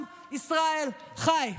עם ישראל חי.